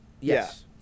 Yes